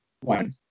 One